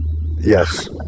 yes